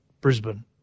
Brisbane